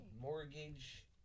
Mortgage